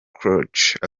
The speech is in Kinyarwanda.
czech